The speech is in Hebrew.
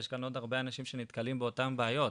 יש כאן עוד אנשים שנתקלים באותן בעיות.